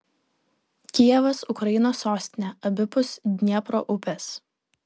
kijevas ukrainos sostinė abipus dniepro upės